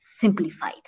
Simplified